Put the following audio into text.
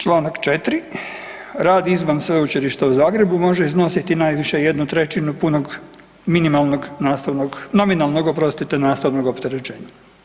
Čl. 4. rad izvan Sveučilišta u Zagrebu može iznositi najviše 1/3 punog minimalnog nastavnog, nominalnog, oprostite, nastavnog opterećenja.